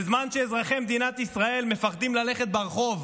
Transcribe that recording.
בזמן שאזרחי מדינת ישראל מפחדים ללכת ברחוב,